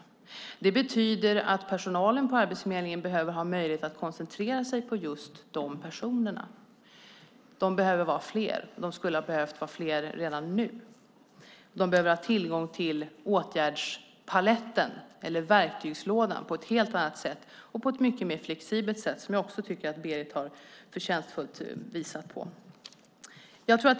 Det i sin tur betyder att personalen vid Arbetsförmedlingen måste ha möjlighet att kunna koncentrera sig på dessa personer. De behöver vara fler. De skulle ha behövt vara fler redan nu. De behöver ha tillgång till åtgärdspaletten eller verktygslådan på ett helt annat och mycket mer flexibelt sätt, vilket Berit Högman på ett förtjänstfullt sätt redogjorde för.